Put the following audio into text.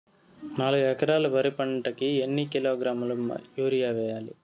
నాలుగు ఎకరాలు వరి పంటకి ఎన్ని కిలోగ్రాముల యూరియ వేయాలి?